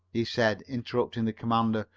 he said, interrupting the commander,